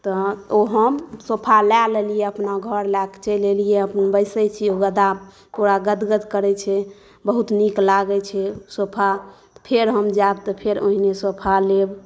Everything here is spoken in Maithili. तऽ ओ हम सोफा लए लेलियै अपना घर लए कऽ चलि एलियै अपन बैसै छी ओ गद्दा पूरा गदगद करै छै बहुत नीक लागै छै सोफा फेर हम जाएब तऽ फेर ओहने सोफा लेब